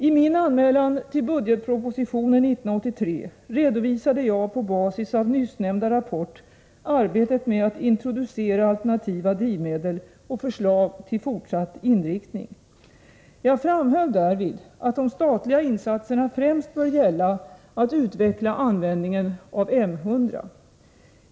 I min anmälan till budgetpropositionen 1983 redovisade jag på basis av nyssnämnda rapport arbetet med att introducera alternativa drivmedel och förslag till fortsatt inriktning. Jag framhöll därvid att de statliga insatserna främst bör gälla att utveckla användningen av M 100.